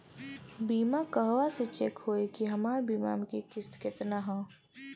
बीमा कहवा से चेक होयी की हमार बीमा के किस्त केतना ह?